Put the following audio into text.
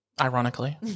Ironically